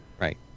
right